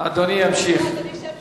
אז אני אשב שם,